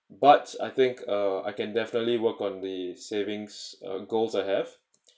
but I think uh I can definitely work on the savings uh goals I have